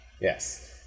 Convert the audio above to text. Yes